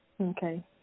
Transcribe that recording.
Okay